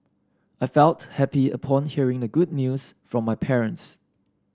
I felt happy upon hearing the good news from my parents